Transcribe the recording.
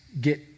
get